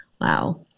Wow